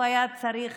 הוא היה צריך